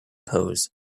pose